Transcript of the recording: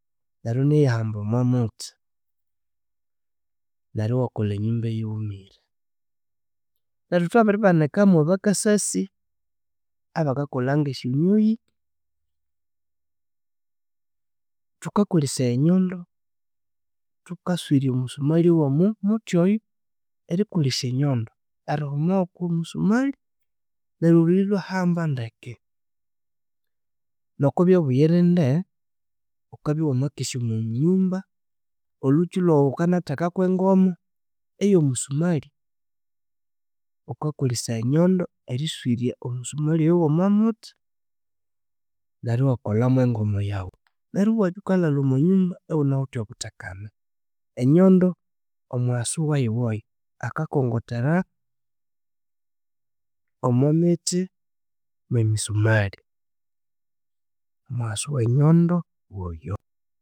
Neryo inayahamba omwa muthi, neryo iwakolha enyumba eyiwumire. Neryo thwabiribanika mwa bakasasi abakakolha nge syanyuyi. Thukakolesaya enyondo, thukaswirya omusumalhi womu muthi oyo erikolesya enyondo. Erihuma wukomusumalhi, neryo olhuyi ilhwahamba ndeke. Noko byobuyirinde wukabya wamakesya omwa nyumba olhukyulhwawu, wukanatheka kwe ngomo eya musumalhi, wukakolesya enyondo eriswirya omusumalhi oyo wumwa muthi. Neryo iwakolha mwe ngomo yawu neryo iwabya wukalhalha munyumba iwunawithe obuthekane. Enyondo omuwasu wayu woyo akakongothera omwa mithi mwe misumalhi, omuwasu wenyondo woyo